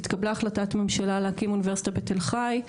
התקבלה החלטת ממשלה להקים אוניברסיטה בתל חי.